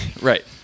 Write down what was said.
Right